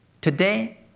Today